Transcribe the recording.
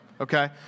okay